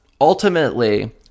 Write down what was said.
ultimately